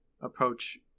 approach